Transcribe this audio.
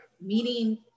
meeting